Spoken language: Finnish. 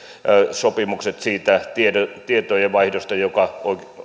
sopimukset siitä tietojenvaihdosta joka